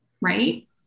right